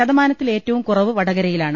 ശത മാനത്തിൽ ഏറ്റവും കുറവ് വടകരയിലാണ്